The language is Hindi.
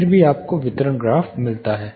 फिर भी आपको वितरण ग्राफ मिलता है